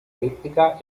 elíptica